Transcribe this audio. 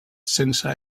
sense